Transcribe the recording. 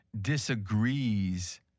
disagrees